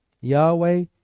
Yahweh